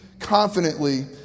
confidently